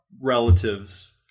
relatives